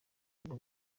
bwo